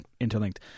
interlinked